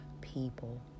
people